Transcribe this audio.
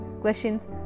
questions